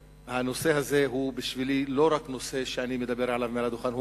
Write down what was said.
הנושא הזה בשבילי הוא לא רק נושא שאני מדבר עליו מעל הדוכן,